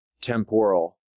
temporal